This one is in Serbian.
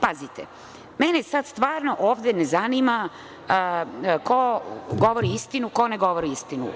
Pazite, mene stvarno ne zanima ko govori istinu, a ko ne govori istinu.